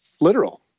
literal